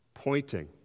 Pointing